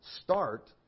start